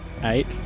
Eight